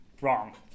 wrong